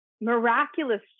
miraculous